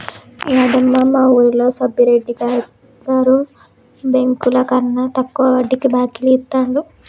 యాదమ్మ, మా వూరిలో సబ్బిరెడ్డి గారు బెంకులకన్నా తక్కువ వడ్డీకే బాకీలు ఇత్తండు